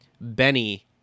Benny